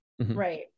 right